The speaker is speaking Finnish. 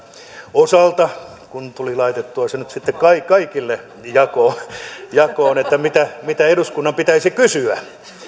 osalta kun tuli laitettua se nyt sitten kaikille jakoon että mitä mitä eduskunnan pitäisi kysyä